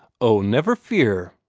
oh, never fear,